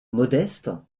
modestes